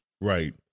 Right